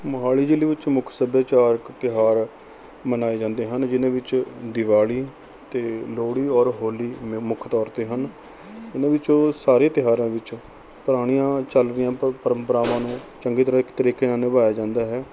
ਮੋਹਾਲੀ ਜ਼ਿਲ੍ਹੇ ਵਿੱਚ ਮੁੱਖ ਸੱਭਿਆਚਾਰਕ ਤਿਉਹਾਰ ਮਨਾਏ ਜਾਂਦੇ ਹਨ ਜਿਹਨਾਂ ਵਿੱਚ ਦੀਵਾਲੀ ਅਤੇ ਲੋਹੜੀ ਔਰ ਹੋਲੀ ਮ ਮੁੱਖ ਤੌਰ 'ਤੇ ਹਨ ਉਹਨਾਂ ਵਿੱਚੋਂ ਸਾਰੇ ਤਿਉਹਾਰਾਂ ਵਿੱਚ ਪੁਰਾਣੀਆਂ ਚੱਲ ਰਹੀਆਂ ਪ ਪਰੰਪਰਾਵਾਂ ਨੂੰ ਚੰਗੀ ਤਰ੍ਹਾਂ ਇੱਕ ਤਰੀਕੇ ਨਾਲ਼ ਨਿਭਾਇਆ ਜਾਂਦਾ ਹੈ